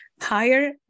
higher